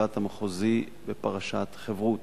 בית-המשפט המחוזי בפרשת "חברותא".